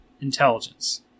Intelligence